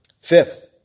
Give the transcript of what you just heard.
Fifth